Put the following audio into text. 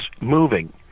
moving